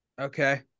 Okay